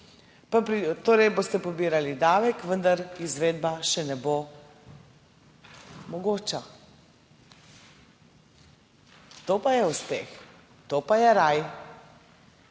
torej boste pobirali davek, vendar izvedba še ne bo mogoča. To pa je uspeh. To pa je raj.